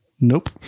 Nope